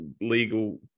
legal